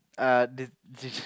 uh did did you